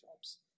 jobs